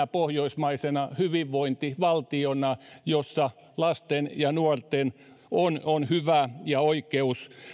pohjoismainen hyvinvointivaltio ja haluan sen sellaisena pitää jossa lasten ja nuorten on on hyvä ja oikeus